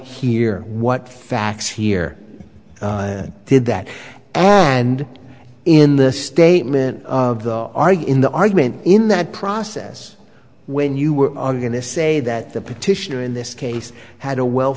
here what facts here did that and in the statement of the argue in the argument in that process when you were going to say that the petitioner in this case had a we